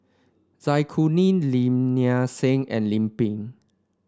Zai Kuning Lim Nang Seng and Lim Pin